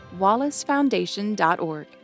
wallacefoundation.org